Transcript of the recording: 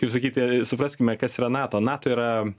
kaip sakyti supraskime kas yra nato nato yra